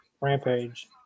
Rampage